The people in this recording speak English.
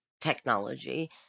technology